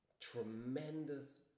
tremendous